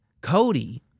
Cody